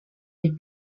des